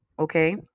Okay